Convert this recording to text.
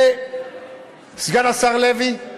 וסגן השר לוי,